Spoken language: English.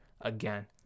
again